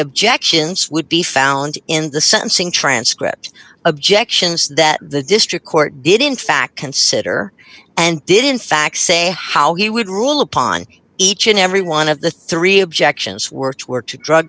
objections would be found in the sentencing transcript objections that the district court did in fact consider and did in fact say how he would rule upon each and every one of the three objections works were to drug